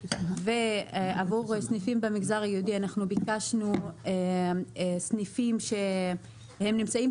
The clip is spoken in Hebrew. עבור סניפים במגזר היהודי אנחנו ביקשנו סניפים שנמצאים